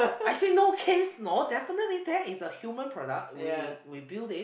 I say no kids no definitely that is a human product we we build it